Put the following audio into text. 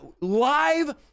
live